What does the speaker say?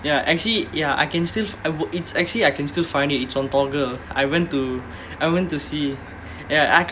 ya actually ya I can still I it's actually I can still find it it's on Toggle I went to I went to see ya I